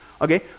Okay